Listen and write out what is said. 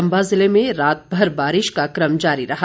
चंबा जिले में रातभर बारिश का कम जारी रहा